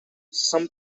some